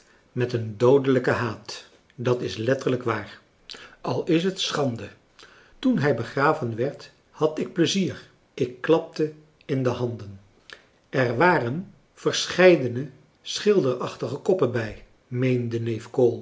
met een doodelijken haat dat is letterlijk waar al is het schande toen hij begraven werd had ik pleizier ik klapte in de handen er waren verscheiden schilderachtige koppen bij